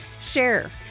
share